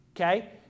Okay